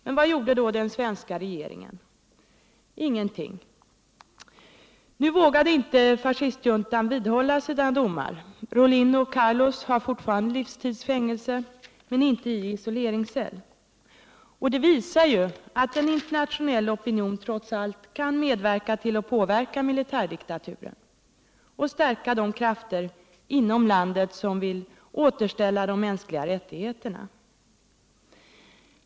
Men vad gjorde den svenska regeringen? Ingenting. 3 Om ett svenskt initiativ till protest mot regimen i Brasilien Nu vågade inte fascistjuntan vidhålla sina domar — Rholine och Carlos har fortfarande livstids fängelse, men inte i isoleringscell. Detta visar att en internationell opinion trots allt kan medverka till att påverka militärdiktaturen och stärka de krafter inom landet som vill återställa de mänskliga rättigheterna.